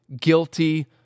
guilty